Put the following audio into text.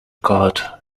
cut